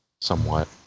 somewhat